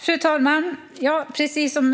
Fru talman!